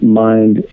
mind